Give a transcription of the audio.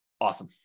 Awesome